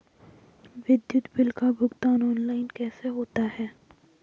विद्युत बिल का भुगतान ऑनलाइन कैसे होता है?